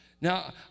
Now